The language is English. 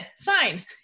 fine